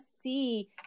see